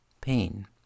pain